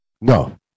No